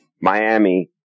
Miami